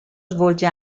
svolge